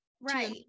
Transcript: right